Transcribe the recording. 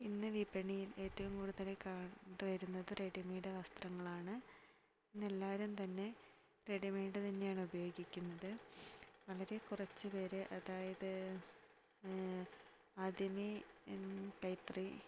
ഇന്ന് വിപണിയിൽ ഏറ്റവും കൂടുതലായി കണ്ടു വരുന്നത് റെഡിമെയ്ഡ് വസ്ത്രങ്ങളാണ് ഇന്നെല്ലാവരും തന്നെ റെഡിമെയ്ഡ് തന്നെയാണ് ഉപയോഗിക്കുന്നത് വളരെ കുറച്ച് പേരെ അതായത് ആദ്യമേ കൈത്തറി